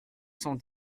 cent